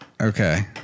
Okay